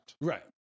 Right